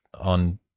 on